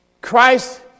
Christ